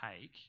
take